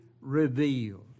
revealed